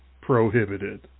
prohibited